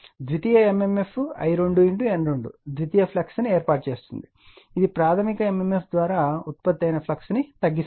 ద్వితీయ mmf I2 N2 ద్వితీయ flux ను ఏర్పాటు చేస్తుంది ఇది ప్రాధమిక mmf ద్వారా ఉత్పత్తి అయిన ఫ్లక్స్ ని తగ్గిస్తుంది